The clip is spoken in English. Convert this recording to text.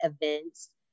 events